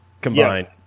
combined